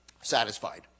satisfied